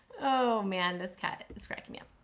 oh man this cat is cracking me up.